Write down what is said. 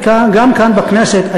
כי גם כאן בכנסת,